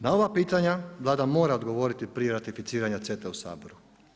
Na ova pitanja Vlada mora odgovoriti prije ratificiranja CETA-e u Saboru.